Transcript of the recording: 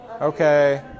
Okay